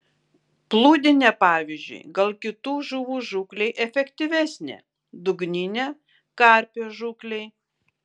plūdinė pavyzdžiui gal kitų žuvų žūklei efektyvesnė dugninė karpio žūklei